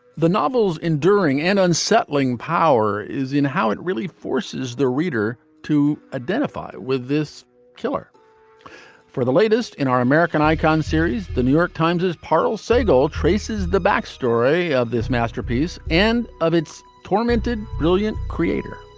the novel's enduring and unsettling power is in how it really forces the reader to identify with this killer for the latest in our american icon series, the new york times, as part of siegel traces the backstory of this masterpiece and of its tormented, brilliant creator,